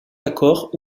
accords